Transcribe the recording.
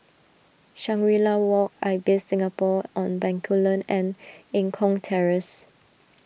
Shangri La Walk Ibis Singapore on Bencoolen and Eng Kong Terrace